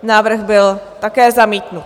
Návrh byl také zamítnut.